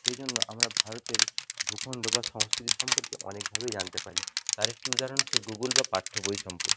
সেই জন্য আমরা ভারতের ভূখণ্ড বা সংস্কৃতি সম্পর্কে অনেকভাবেই জানতে পারি তার একটি উদাহরণ হচ্ছে গুগুল বা পাঠ্য বই সম্পর্কে